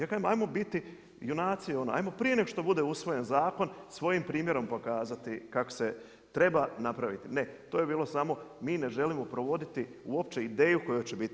Ja kažem ajmo biti junaci, ajmo prije nego što bude usvojen zakon svojim primjerom pokazati kako se treba napraviti, ne, to je bilo samo mi ne želimo provoditi uopće ideju koja će biti.